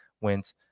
went